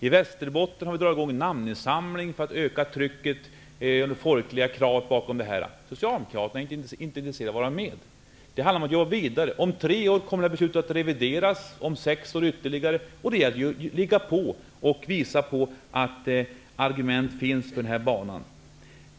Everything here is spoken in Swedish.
I Västerbotten har man dragit i gång en namninsamling för att öka trycket och få ett folkligt krav bakom detta projekt. Socialdemokraterna är inte intresserade att vara med om detta. Om tre år kommer beslutet att revideras, och om sex år sker det ytterligare en revidering. Det gäller att ligga på och visa att det finns argument för den här banan.